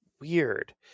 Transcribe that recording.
weird